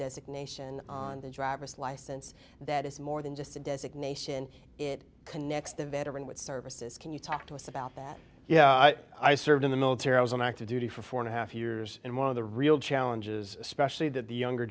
designation on the driver's license that is more than just a designation it connects the veteran with services can you talk to us about that yeah i served in the military i was on active duty for four and a half years and one of the real challenges especially that the younger